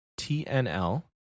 TNL